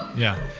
yeah,